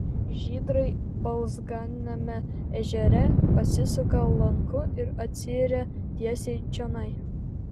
žydrai balzganame ežere pasisuka lanku ir atsiiria tiesiai čionai